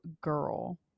girl